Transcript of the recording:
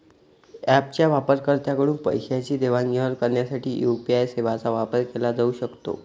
ऍपच्या वापरकर्त्यांकडून पैशांची देवाणघेवाण करण्यासाठी यू.पी.आय सेवांचा वापर केला जाऊ शकतो